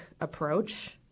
approach